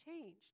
changed